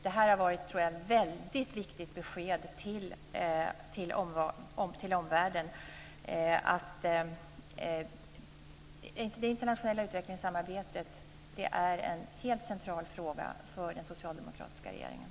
Det har varit ett väldigt viktigt besked till omvärlden att det internationella utvecklingssamarbetet är en helt central fråga för den socialdemokratiska regeringen.